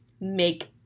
make